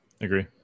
agree